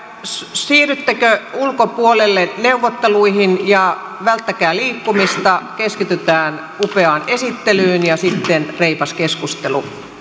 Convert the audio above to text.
siirryttekö ulkopuolelle neuvotteluihin ja välttäkää liikkumista keskitytään upeaan esittelyyn ja sitten reipas keskustelu